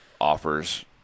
offers